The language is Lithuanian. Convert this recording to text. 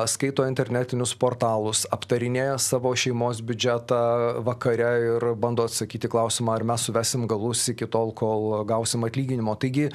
skaito internetinius portalus aptarinėja savo šeimos biudžetą vakare ir bando atsakyt į klausimą ar mes suvesim galus iki tol kol gausim atlyginimo taigi